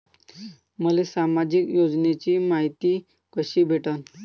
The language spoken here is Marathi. मले सामाजिक योजनेची मायती कशी भेटन?